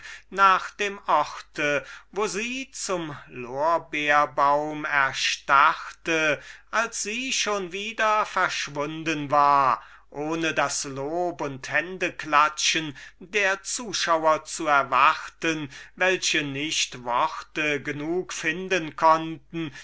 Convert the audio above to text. nach dem orte wo sie zum lorbeerbaum erstarrte als sie schon wieder verschwunden war ohne das lob und das händeklatschen der zuschauer zu erwarten welche nicht worte genug finden konnten